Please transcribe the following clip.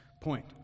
point